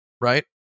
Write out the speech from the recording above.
right